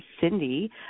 Cindy